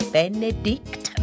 Benedict